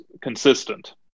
consistent